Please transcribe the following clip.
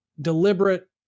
deliberate